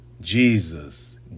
Jesus